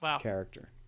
character